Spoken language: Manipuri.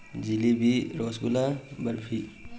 ꯖꯤꯂꯤꯕꯤ ꯔꯣꯁ ꯒꯨꯂꯥ ꯕꯔꯐꯤ